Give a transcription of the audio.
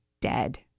dead